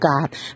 God